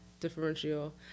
differential